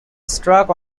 struck